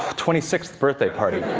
twenty sixth birthday party.